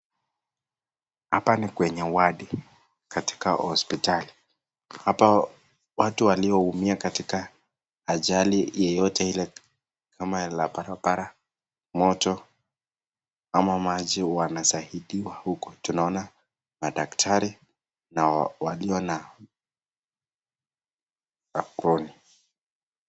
Hapa ni kwenye wadi katika hosiptali, hapa watu walioumia katika ajali yeyote ile kama ya barabara, moto ama maji wanasaidiwa huku. Tunaona madaktari na walio na aproni.